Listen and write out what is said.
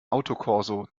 autokorso